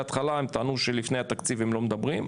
בהתחלה הם טענו שלפני התקציב הם לא מדברים,